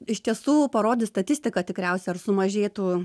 iš tiestų parodys statistika tikriausiai ar sumažėtų